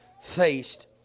faced